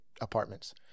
apartments